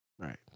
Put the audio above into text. Right